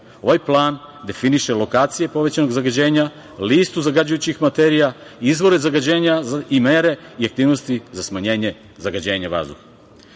Ovaj plan definiše lokacije povećanog zagađenja, listu zagađujućih materija, izvore zagađenja i mere i aktivnosti za smanjenje zagađenja